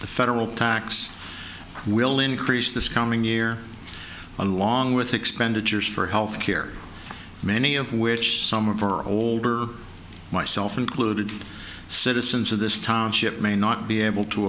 the federal tax will increase this coming year along with expenditures for health care many of which some are for older myself included citizens of this township may not be able to